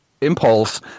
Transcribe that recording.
impulse